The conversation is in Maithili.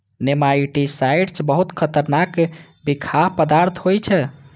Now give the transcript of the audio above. नेमाटिसाइड्स बहुत खतरनाक बिखाह पदार्थ होइ छै